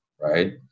Right